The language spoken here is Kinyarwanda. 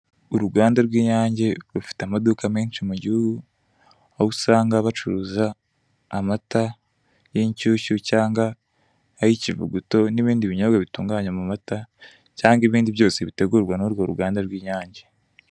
Uruganda rw'inyange rufite amaduka menshi mu gihugu, aho usanga bacuruza amata y'inshyushyu cyangwa ay'ikivuguto n'ibindi binyobwa bitunganya mu mata, cyangwa ibindi byose bitegurwa n'urwo ruganda rw'inyange.